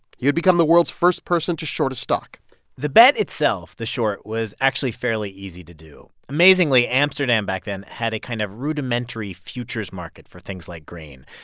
he would become the world's first person to short a stock the bet itself the short was actually fairly easy to do. amazingly, amsterdam back then had a kind of rudimentary futures market for things like grain.